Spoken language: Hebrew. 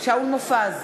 שאול מופז,